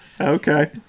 Okay